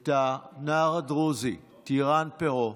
את הנער הדרוזי טירן פרו,